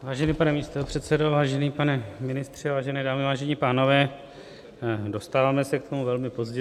Vážený pane místopředsedo, vážený pane ministře, vážené dámy, vážení pánové, dostáváme se k tomu velmi pozdě.